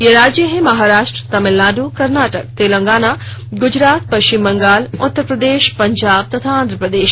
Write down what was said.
ये राज्य हैं महाराष्ट्र तमिलनाड कर्नाटक तेलंगाना गुजरात पश्चिम बंगाल उत्तर प्रदेश पंजाब तथा आंध्र प्रदेश